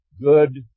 good